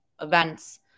events